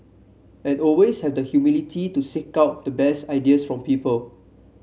and always have the humility to seek out the best ideas from people